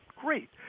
great